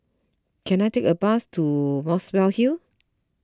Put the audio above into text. can I take a bus to Muswell Hill